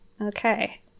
Okay